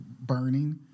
burning